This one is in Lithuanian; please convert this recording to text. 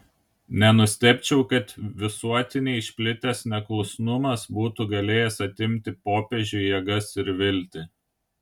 nenustebčiau kad visuotinai išplitęs neklusnumas būtų galėjęs atimti popiežiui jėgas ir viltį